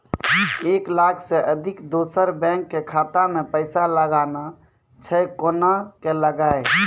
एक लाख से अधिक दोसर बैंक के खाता मे पैसा लगाना छै कोना के लगाए?